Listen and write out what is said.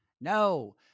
No